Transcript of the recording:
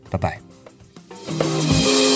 Bye-bye